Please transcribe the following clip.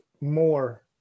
more